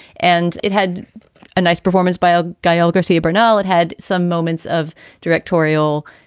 and it had a nice performance by ah gael garcia bernal. it had some moments of directorial,